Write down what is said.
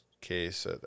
case